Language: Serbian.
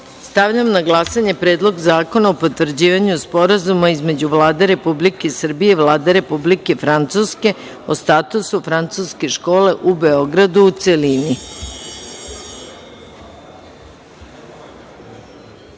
na glasanje Predlog zakona o potvrđivanju Sporazuma između Vlade Republike Srbije i Vlade Republike Francuske o statusu Francuske škole u Beogradu, u